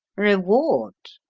reward?